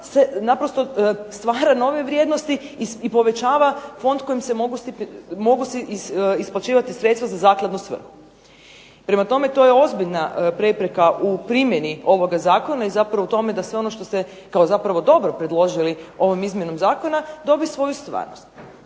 naprosto stvara nove vrijednosti i povećava fond kojim se mogu isplaćivati sredstva za zakladnu svrhu. Prema tome, to je ozbiljna prepreka u primjeni ovoga zakona i zapravo u tome da sve ono što ste kao zapravo dobro predložili ovom izmjenom zakona dobi svoju stvarnost.